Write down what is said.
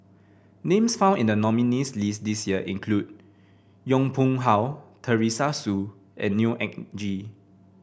names found in the nominees' list this year include Yong Pung How Teresa Hsu and Neo Anngee